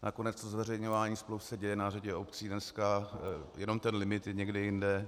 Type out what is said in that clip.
Nakonec zveřejňování smluv se děje na řadě obcí, jenom ten limit je někde jinde.